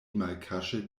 malkaŝe